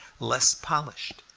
less polished,